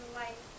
life